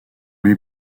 lui